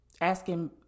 asking